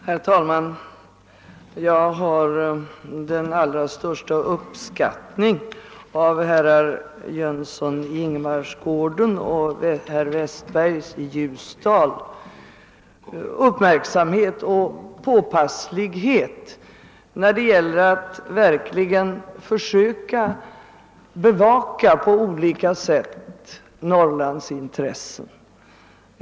Herr talman! Jag uppskattar i allra högsta grad herrar Jönssons i Ingemarsgården och Westbergs i Ljusdal uppmärksamhet och påpasslighet när det gäller att verkligen försöka på olika sätt bevaka Norrlands intressen.